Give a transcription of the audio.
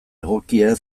egokia